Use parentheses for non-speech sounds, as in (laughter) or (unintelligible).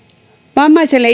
vammaiselle (unintelligible)